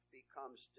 becomes